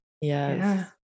Yes